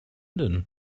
din